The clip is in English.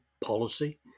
policy